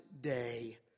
day